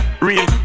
Real